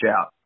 out